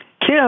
Kim